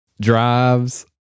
drives